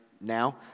now